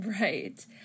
Right